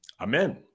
Amen